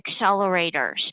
accelerators